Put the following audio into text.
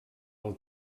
pel